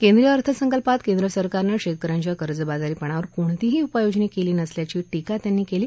केंद्रीय अर्थसंकल्पात केंद्र सरकारने शेतक यांच्या कर्जबाजारी पणावर कोणतीही उपाययोजना केली नसल्याची टीका त्यांनी केली